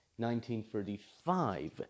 1935